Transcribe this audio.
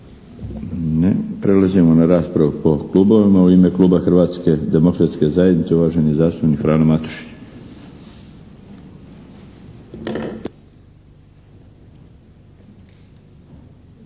Ne. Prelazimo na raspravu po klubovima. U ime kluba Hrvatske demokratske zajednice, uvaženi zastupnik Frano Matušić.